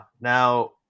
Now